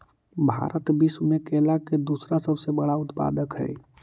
भारत विश्व में केला के दूसरा सबसे बड़ा उत्पादक हई